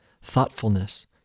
thoughtfulness